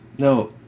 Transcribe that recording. No